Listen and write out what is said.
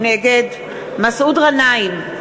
נגד מסעוד גנאים,